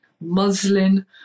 muslin